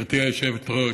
גברתי היושבת-ראש,